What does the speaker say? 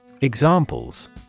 Examples